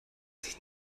sich